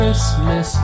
Christmas